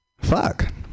fuck